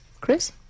chris